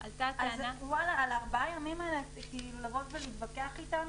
אז על הארבעה הימים האלה להתווכח איתנו?